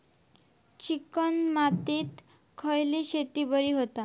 Chicken मातीत खयली शेती बरी होता?